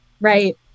Right